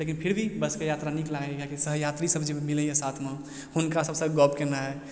लेकिन फिर भी बसके यात्रा नीक लागइया किएक कि सहयात्री सब जे मिलय यऽ साथमे हुनका सबसँ गप केनाइ